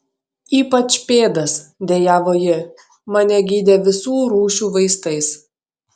ypač pėdas dejavo ji mane gydė visų rūšių vaistais